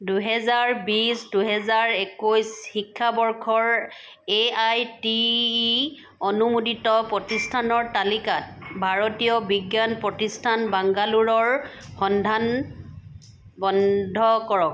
দুহেজাৰ বিছ দুহেজাৰ একৈছ শিক্ষাবৰ্ষৰ এ আই টি ই অনুমোদিত প্ৰতিষ্ঠানৰ তালিকাত ভাৰতীয় বিজ্ঞান প্ৰতিষ্ঠান বাংগালোৰৰ সন্ধান বন্ধ কৰক